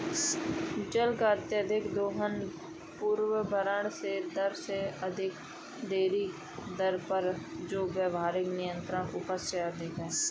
जल का अत्यधिक दोहन पुनर्भरण दर से अधिक ऐसी दर पर जो व्यावहारिक निरंतर उपज से अधिक है